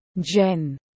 Jen